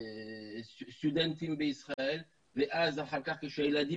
להיות סטודנטים לישראל ואז אחר כך כשהילדים